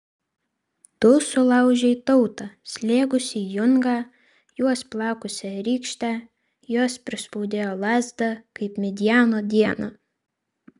tu sulaužei tautą slėgusį jungą juos plakusią rykštę jos prispaudėjo lazdą kaip midjano dieną